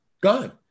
gone